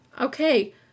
Okay